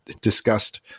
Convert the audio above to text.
discussed